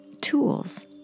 tools